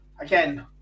Again